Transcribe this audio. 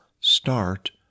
start